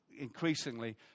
increasingly